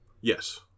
Yes